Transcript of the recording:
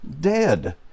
dead